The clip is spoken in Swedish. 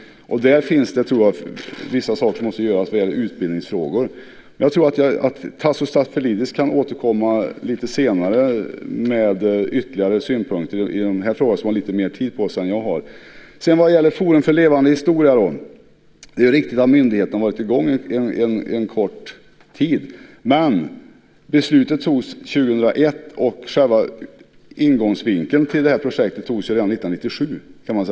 Där finns det vissa saker som måste göras när det gäller utbildningsfrågor. Jag tror att Tasso Stafilidis kan återkomma i den här frågan senare med ytterligare synpunkter, då han har mer tid på sig än vad jag har. Sedan var det frågan om Forum för levande historia. Det är riktigt att myndigheten har varit i gång en kort tid. Men beslutet togs 2001, och själva ingångsvinkeln till projektet antogs redan 1997.